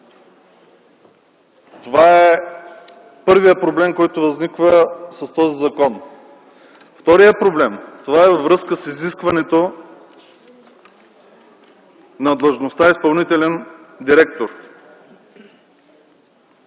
са първият проблем, който възниква с този закон. Втория проблем е във връзка с изискването на длъжността – изпълнителен директор.